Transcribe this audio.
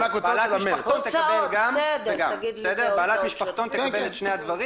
בעלת משפחתון תקבל גם וגם, תקבל את שני הדברים.